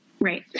Right